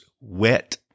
wet